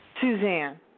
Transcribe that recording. Suzanne